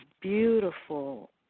beautiful